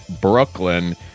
Brooklyn